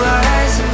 eyes